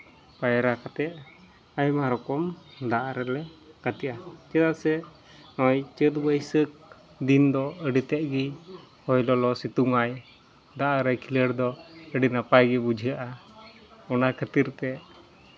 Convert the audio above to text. ᱯᱟᱭᱨᱟ ᱠᱟᱛᱮᱫ ᱟᱭᱢᱟ ᱨᱚᱠᱚᱢ ᱫᱟᱜ ᱨᱮᱞᱮ ᱜᱟᱛᱮᱜᱼᱟ ᱪᱮᱫᱟᱜ ᱥᱮ ᱱᱚᱜᱼᱚᱸᱭ ᱪᱟᱹᱛ ᱵᱟᱹᱭᱥᱟᱹᱠᱷ ᱫᱤᱱ ᱫᱚ ᱟᱹᱰᱤ ᱛᱮᱜ ᱜᱮ ᱦᱚᱭ ᱞᱚᱞᱚ ᱥᱤᱛᱩᱝ ᱟᱭ ᱫᱟᱜ ᱨᱮ ᱠᱷᱮᱞᱚᱸᱰ ᱫᱚ ᱟᱹᱰᱤ ᱱᱟᱯᱟᱭ ᱜᱮ ᱵᱩᱡᱷᱟᱹᱜᱼᱟ ᱚᱱᱟ ᱠᱷᱟᱹᱛᱤᱨ ᱛᱮ